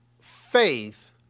faith